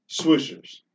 Swishers